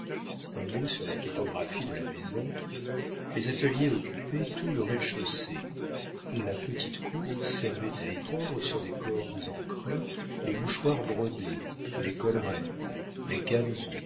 un mot sur la topographie de la maison les ateliers occupaient tout le rez-de-chaussée la petite cour servait à étendre sur des cordes en crin les mouchoirs brodés les collerettes les